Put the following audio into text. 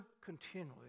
continually